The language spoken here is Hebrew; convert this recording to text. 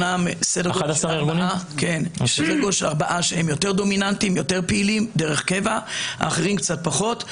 כאשר מתוכם ארבעה יותר פעילים ודומיננטיים והאחרים קצת פחות.